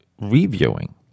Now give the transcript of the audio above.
reviewing